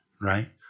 right